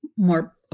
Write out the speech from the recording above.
more